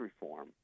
reform